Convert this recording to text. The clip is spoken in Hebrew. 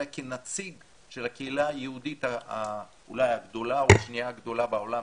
אלא כנציג של הקהילה היהודית אולי הגדולה או השנייה הגדולה בעולם,